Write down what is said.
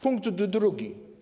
Punkt drugi.